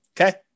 Okay